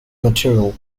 material